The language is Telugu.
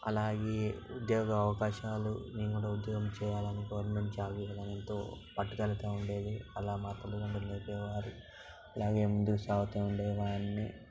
అలాగే ఉద్యోగ అవకాశాలు నేను కూడా ఉద్యోగం చెయ్యాలని గవర్నమెంట్ జాబ్ ఎంతో పట్టుదలతో ఉండేది అలా మా తల్లిదండ్రులు నేర్పేవారు అలాగే ముందుకు సాగుతూ ఉండే వాడ్ని